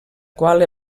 qual